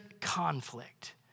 conflict